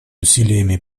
усилиями